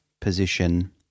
position